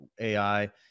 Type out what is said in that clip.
AI